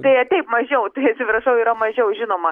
tai taip mažiau tai atsiprašau yra mažiau žinoma